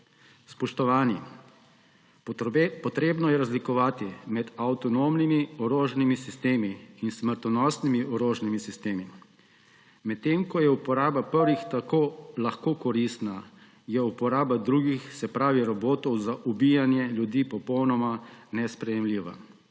Spoštovani, potrebno je razlikovati med avtonomnimi orožnimi sistemi in smrtonosnimi orožnimi sistemi. Medtem ko je uporaba prvih tako lahko koristna, je uporaba drugih, se pravi robotov za ubijanje ljudi, popolnoma nesprejemljiva.